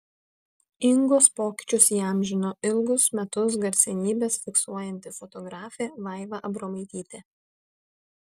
ingos pokyčius įamžino ilgus metus garsenybes fiksuojanti fotografė vaiva abromaitytė